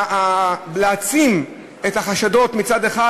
להעצים את החשדות מצד אחד,